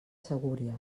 segúries